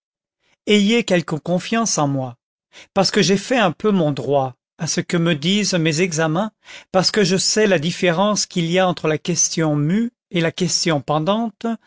ayez quelque confiance en moi parce que j'ai fait un peu mon droit à ce que me disent mes examens parce que je sais la différence qu'il y a entre la question mue et la question pendante